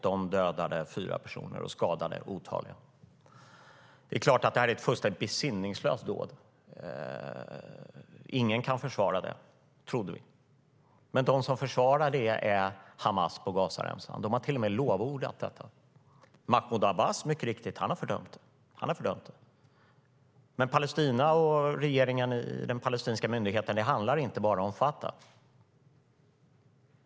De dödade fyra personer och skadade otaliga. Det är klart att det här är ett fullständigt besinningslöst dåd. Ingen kan försvara det, tror du. Men de som försvarar det är Hamas på Gazaremsan. De har till och med lovordat detta. Mahmud Abbas har mycket riktigt fördömt det, men Palestina och regeringen i den palestinska myndigheten handlar inte bara om Fatah.